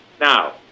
Now